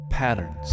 Patterns